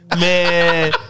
Man